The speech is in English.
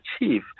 achieve